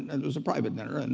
and it was a private dinner. and